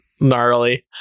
Gnarly